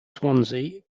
swansea